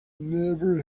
never